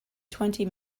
twenty